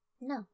No